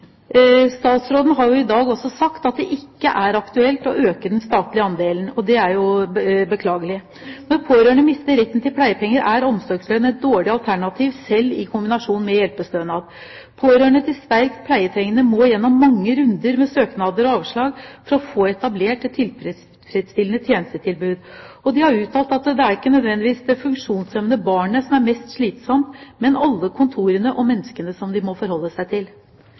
Statsråden har i dag også sagt at det ikke er aktuelt å øke den statlige andelen, og det er jo beklagelig. Når pårørende mister retten til pleiepenger, er omsorgslønn et dårlig alternativ, selv i kombinasjon med hjelpestønad. Pårørende til sterkt pleietrengende må gjennom mange runder med søknader og avslag for å få etablert et tilfredsstillende tjenestetilbud, og de har uttalt at det ikke nødvendigvis er det funksjonshemmede barnet som er mest slitsomt, men alle kontorene og menneskene som de må forholde seg til.